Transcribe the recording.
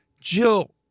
Jill